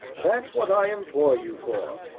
that's what i employ you for.